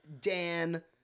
Dan